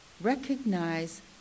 recognize